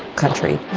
country